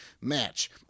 match